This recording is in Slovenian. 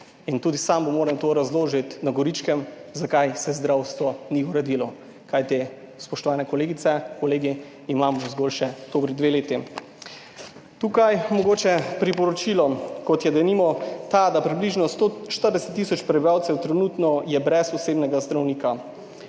in tudi sam mu moram to razložiti na Goričkem, zakaj se zdravstvo ni uredilo, kajti, spoštovane kolegice in kolegi, imamo zgolj še dobri dve leti. Tukaj mogoče priporočilo, kot je denimo ta, da približno 140 tisoč prebivalcev trenutno je brez osebnega zdravnika.